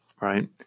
right